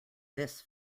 this